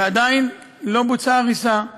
ועדיין לא בוצעה הריסה.